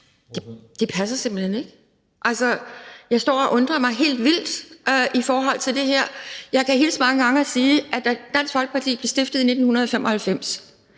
Det passer simpelt hen ikke. Altså, jeg står og undrer mig helt vildt over det her. Jeg skal hilse mange gange og sige, at da Dansk Folkeparti blev stiftet i 1995,